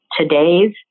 today's